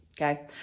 Okay